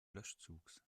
löschzugs